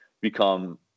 become